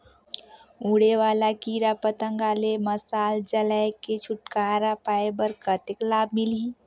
उड़े वाला कीरा पतंगा ले मशाल जलाय के छुटकारा पाय बर कतेक लाभ मिलही?